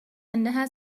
أنها